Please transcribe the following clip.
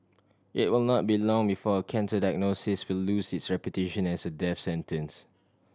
it will not be long before a cancer diagnosis will lose its reputation as a death sentence